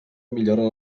millora